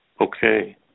Okay